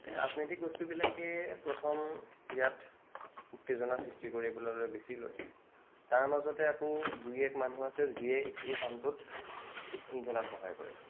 ৰাজনীতিৰ বস্তুবিলাকেই প্ৰথম ইয়াত উত্তেজনাৰ সৃষ্টি কৰি পেলালে বেছি তাৰ মাজতে আকৌ দুই এক মানুহ আছে যিয়ে এই কামটোত ঘিউ ঢলাত সহায় কৰে